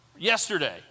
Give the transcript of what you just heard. Yesterday